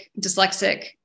dyslexic